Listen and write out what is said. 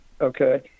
okay